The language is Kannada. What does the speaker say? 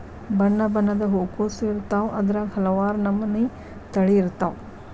ಬಣ್ಣಬಣ್ಣದ ಹೂಕೋಸು ಇರ್ತಾವ ಅದ್ರಾಗ ಹಲವಾರ ನಮನಿ ತಳಿ ಇರ್ತಾವ